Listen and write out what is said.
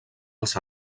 els